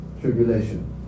tribulation